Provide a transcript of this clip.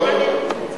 זה מעניין.